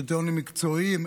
קריטריונים מקצועיים.